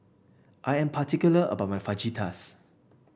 I am particular about my Fajitas